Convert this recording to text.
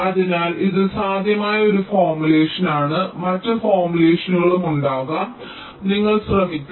അതിനാൽ ഇത് സാധ്യമായ ഒരു ഫോർമുലേഷനാണ് മറ്റ് ഫോർമുലേഷനുകളും ഉണ്ടാകാം നിങ്ങൾക്ക് ശ്രമിക്കാം